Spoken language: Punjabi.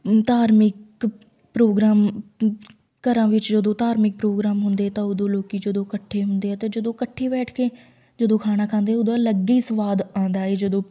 ਧਾਰਮਿਕ ਪ੍ਰੋਗਰਾਮ ਘਰਾਂ ਵਿੱਚ ਜਦੋਂ ਧਾਰਮਿਕ ਪ੍ਰੋਗਰਾਮ ਹੁੰਦੇ ਤਾਂ ਉਦੋਂ ਲੋਕੀਂ ਜਦੋਂ ਇਕੱਠੇ ਹੁੰਦੇ ਆ ਅਤੇ ਜਦੋਂ ਇਕੱਠੇ ਬੈਠ ਕੇ ਜਦੋਂ ਖਾਣਾ ਖਾਂਦੇ ਉਦੋਂ ਅਲੱਗੇ ਸਵਾਦ ਆਉਂਦਾ ਏ ਜਦੋਂ